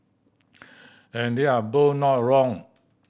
and they're both not wrong